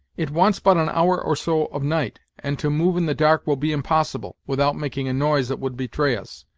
it wants but an hour or so of night, and to move in the dark will be impossible, without making a noise that would betray us.